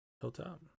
Hilltop